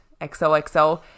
XOXO